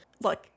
look